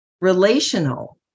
relational